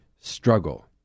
struggle